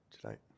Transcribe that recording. tonight